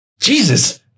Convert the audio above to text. Jesus